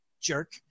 jerk